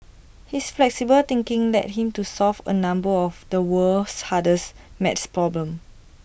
his flexible thinking led him to solve A number of the world's hardest math problems